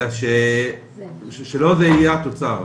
אלא שלא זה יהיה התוצאה,